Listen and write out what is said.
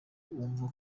uwumva